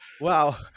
wow